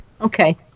Okay